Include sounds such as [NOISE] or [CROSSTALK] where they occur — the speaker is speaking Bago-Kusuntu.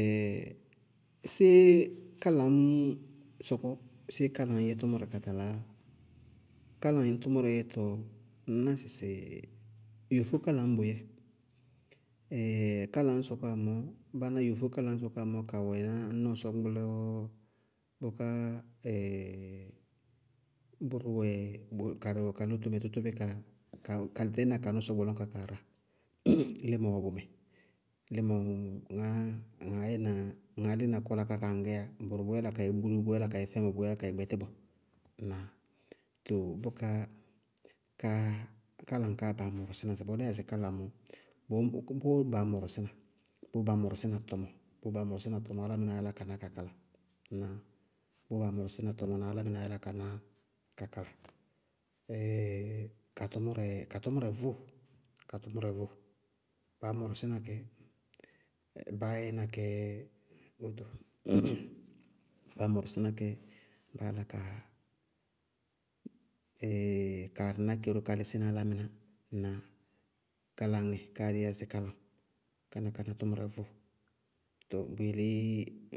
[HESITATION] séé kálaŋñ sɔkɔ? Séé kálaŋñ yɛ tʋmʋrɛ ka talaá? Kálaŋ tʋmʋrɛ yɛtɔ, ŋñná sɩsɩ yofó kálaŋñ bʋyɛɛ [HESITATION] kalaŋñ sɔkɔwá mɔɔ, báná yofó kálaŋñ sɔkɔwá mɔɔ, kawɛ nɔɔ sɔñgbɔlɔɔ wá, bʋká [HESITATION] bʋrʋ wɛ, [NOISE] karɩwɛ ka lótomɛ nɔɔ tʋtʋbʋka, ka ɖɛñna ka nɔɔ sɔñgbɔlɔ ñka ká aráa, [NOISE] límɔ wɛ bʋmɛ, límɔ ŋá, ŋaá yɛna, ŋaá lína kɔla kákaá ŋŋgɛyá, bʋrʋ bʋʋ yála ka yɛ bulúu, bʋʋ yála ka yɛ fɛñbɔ, bʋʋ yála ka yɛ gbɛtíbɔ, ŋnáa? Tɔɔ bʋká káá kálaŋ káá baá mɔrɔsína. Ŋsɩbɔɔ dí yáa sɩ kálaŋ mɔɔ, bɔm- bʋʋ baá mɔrɔsína, bʋʋ baá mɔrɔsína tɔmɔ, bʋʋ baá mɔrɔsína tɔmɔ álámɩnáá ná ka kala. Ŋnáa? Bʋʋ baá mɔrɔsína tɔmɔ álámɩnáá yála ka ná ka kala. [HESITATION] ka tʋmʋrɛɛ, ka tʋmʋrɛ vʋʋ, ka tʋmʋrɛ vʋʋ, baá mɔrɔsína kɛ, baá yɛna kɛ wóto, [NOISE] baá mɔrɔsína kɛ, báá la kaa [HESITATION] kaarɩ ná kɛ ró ka lísína kɛ álámɩná. Ŋnáa? Kalaŋñ dzɛ, káá dɩí yá sɩ kálaŋ, ka tʋmʋrɛ vʋʋ, to bʋyelé